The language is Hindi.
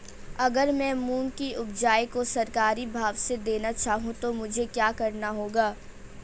अगर मैं मूंग की उपज को सरकारी भाव से देना चाहूँ तो मुझे क्या करना होगा?